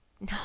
no